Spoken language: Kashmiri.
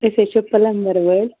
أسۍ حظ چھِ پٔلَمبَر وٲلۍ